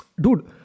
dude